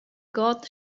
god